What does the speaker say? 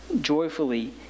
joyfully